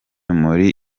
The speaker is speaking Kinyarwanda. muri